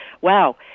wow